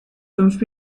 fünf